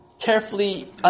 carefully